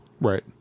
Right